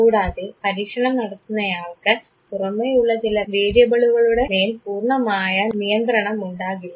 കൂടാതെ പരീക്ഷണം നടത്തുന്നയാൾക്ക് പുറമേയുള്ള ചില വേരിയബിളുകളുടെ മേൽ പൂർണമായ നിയന്ത്രണം ഉണ്ടാകില്ല